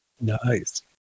Nice